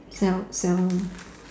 sell sell